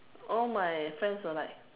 all my friends were like